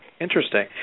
interesting